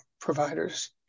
providers